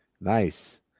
Nice